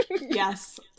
Yes